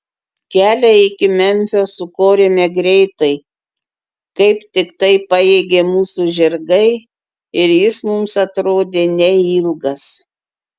kelią iki memfio sukorėme greitai kaip tiktai pajėgė mūsų žirgai ir jis mums atrodė neilgas